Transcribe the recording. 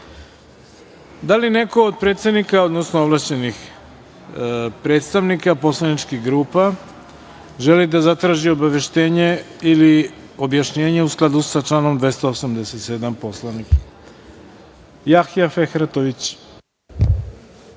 li neko od predsednika, odnosno ovlašćenih predstavnika poslaničkih grupa želi da zatraži obaveštenje ili objašnjenje, u skladu sa članom 287. Poslovnika? Reč ima narodni